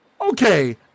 Okay